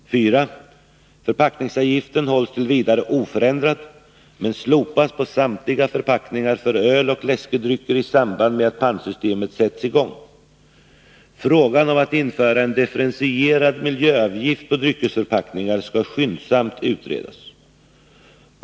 4. Förpackningsavgiften hålls t. v. oförändrad men slopas på samtliga förpackningar för öl och läskedrycker i samband med att pantsystemet sätts i gång. Frågan om att införa en differentierad miljöavgift på dryckesförpackningar skall skyndsamt utredas.